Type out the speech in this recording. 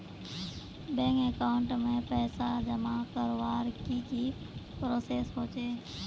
Bank account में पैसा जमा करवार की की प्रोसेस होचे?